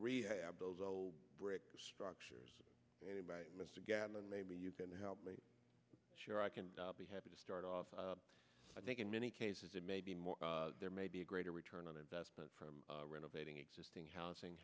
rehab those old brick structures anybody again and maybe you can help make sure i can be happy to start off i think in many cases it may be more there may be a greater return on investment from renovating existing housing